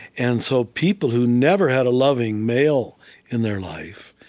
and so people who never had a loving male in their life,